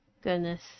Goodness